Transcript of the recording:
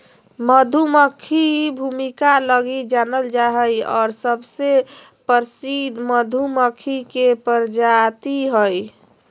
मधुमक्खी भूमिका लगी जानल जा हइ और सबसे प्रसिद्ध मधुमक्खी के प्रजाति हइ